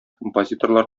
композиторлар